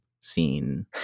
scene